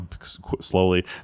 slowly